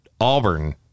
Auburn